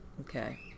Okay